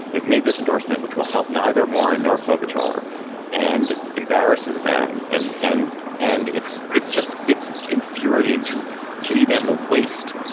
they've made this endorsement, which will help neither warren nor klobuchar and embarrasses them. and and and it's it's just it's infuriating to see them waste.